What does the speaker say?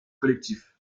collectifs